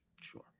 Sure